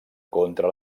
contra